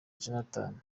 jonathan